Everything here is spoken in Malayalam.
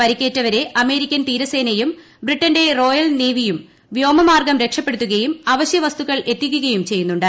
പരിക്കേറ്റവരെ അമേരീക്കൻ തീരസേനയും ബ്രിട്ടന്റെ റോയൽനേവിയും വ്യോമമാർഗ്ഗം രക്ഷപ്പെടുത്തുകയും അവശ്യവസ്തുക്കൾ എത്തിക്കുകയും ചെയ്യുന്നുണ്ട്